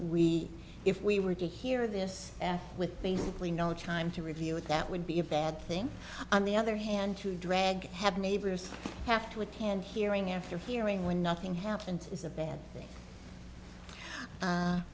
we if we were to hear this with basically no time to review it that would be a bad thing on the other hand to drag have neighbors have to hand hearing after hearing when nothing happened is a bad thing